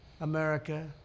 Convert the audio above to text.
America